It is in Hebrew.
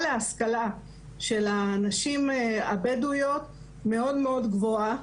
להשכלה של הנשים הבדואיות היא מאוד מאוד גבוהה,